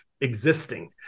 existing